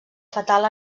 fatal